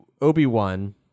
Obi-Wan